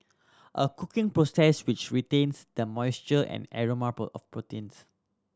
a cooking process which retains the moisture and aroma of proteins